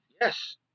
Yes